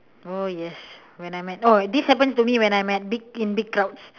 oh yes when I met oh this happen to me when I'm at in big crowds